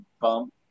bump